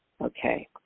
Okay